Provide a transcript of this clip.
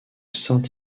saint